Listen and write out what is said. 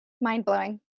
mind-blowing